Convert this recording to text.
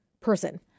person